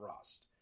Rust